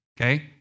okay